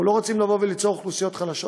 אנחנו לא רוצים ליצור אוכלוסיות חלשות